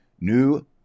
new